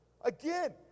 Again